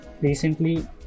recently